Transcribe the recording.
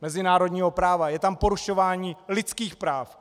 Mezinárodního práva, je tam porušování lidských práv!